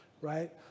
right